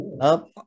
up